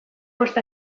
bost